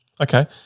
okay